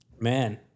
Man